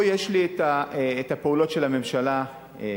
פה יש לי הפעולות של הממשלה והפתרונות